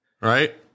right